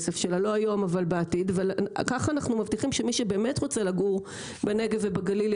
לדעתי אנחנו עושים פה עוול גדול לאוכלוסייה חילונית,